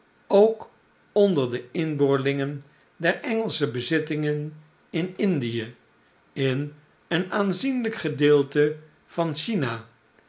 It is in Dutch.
ook onder de inboorlingen der engelsche bezittingen in i n d i e in een aanzienlijk gedeelte van china